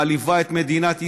מעליבה את מדינת ישראל.